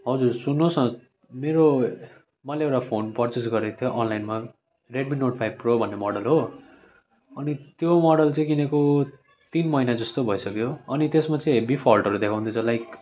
हजुर सुन्नुहोस् न मेरो मैले एउटा फोन पर्चेस गरेको थिएँ अनलाइनमा रेडमी नोट फाइभ प्रो भन्ने मोडल हो अनि त्यो मोडल चाहिँ किनेको तिन महिना जस्तो भइसक्यो अनि त्यसमा चाहिँ हेभी फल्टहरू देखाउँदै छ लाइक